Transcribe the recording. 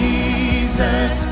Jesus